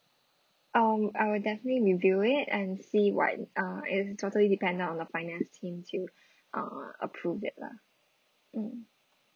um I'll definitely review it and see what uh it's totally depending on the finance team to uh approve it lah mm